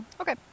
okay